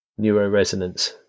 neuroresonance